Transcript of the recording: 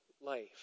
life